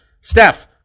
Steph